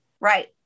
Right